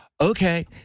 Okay